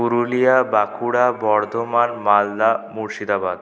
Purulia Bankura Bardhaman Malda Murshidabad